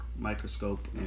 Microscope